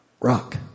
rock